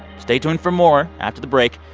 stay tuned for more after the break.